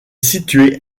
située